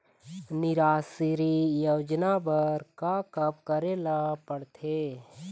निराश्री योजना बर का का करे ले पड़ते?